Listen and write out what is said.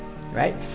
right